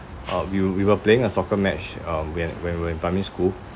uh we were we were playing a soccer match um when when we were in primary school